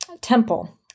temple